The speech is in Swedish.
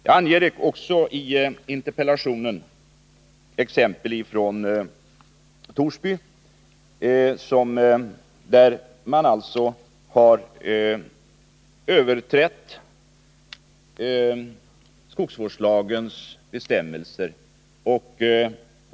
I interpellationen ger jag också exempel från Torsby på överträdelser av skogsvårdslagens bestämmelser.